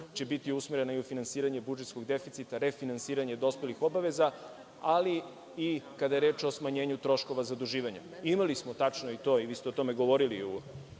će biti usmerena u finansiranje budžetskog deficita, refinansiranja dospelih obaveza, ali i kada je reč o smanjenju troškova zaduživanja. Imali smo, tačno je i to, vi ste o tome govorili u